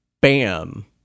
bam